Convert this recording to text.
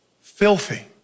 filthy